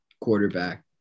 quarterback